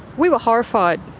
we were horrified.